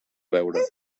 beure